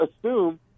assume